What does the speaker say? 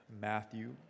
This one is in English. Matthew